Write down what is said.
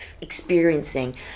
experiencing